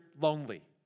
lonely